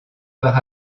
par